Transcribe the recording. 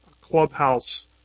clubhouse